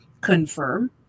confirm